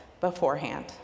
beforehand